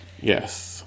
Yes